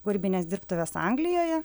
kūrybines dirbtuves anglijoje